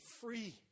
free